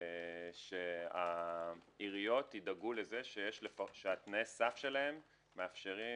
שהעיריות ידאגו לזה שתנאי הסף מאפשרים